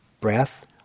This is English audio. breath